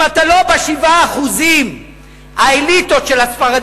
אם אתה לא ב-7% האליטות של הספרדים,